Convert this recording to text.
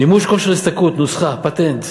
מימוש כושר השתכרות, נוסחה, פטנט.